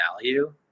value